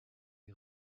est